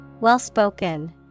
Well-spoken